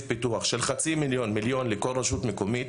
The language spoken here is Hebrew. פיתוח של חצי מיליון - מיליון לכל רשות מקומית,